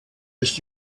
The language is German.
ist